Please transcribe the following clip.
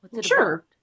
Sure